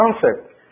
concept